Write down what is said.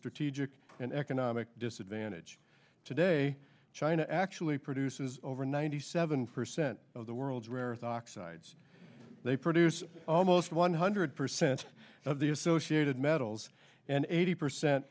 strategic and economic disadvantage today china actually produces over ninety seven percent of the world's rarest oxides they produce almost one hundred percent of the associated metals and eighty percent